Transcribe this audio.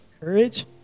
courage